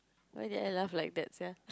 why did I laugh like that sia